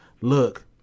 look